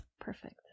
perfect